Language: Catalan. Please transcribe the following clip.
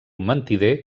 mentider